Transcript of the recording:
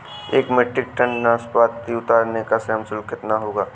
एक metric tonne नाशपाती उतारने का श्रम शुल्क कितना होगा?